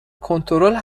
کنترل